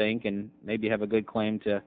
think and maybe have a good claim to